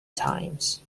times